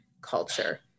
culture